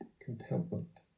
Contentment